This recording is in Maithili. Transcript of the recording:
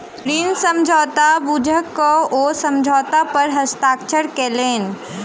ऋण समझौता बुइझ क ओ समझौता पर हस्ताक्षर केलैन